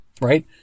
Right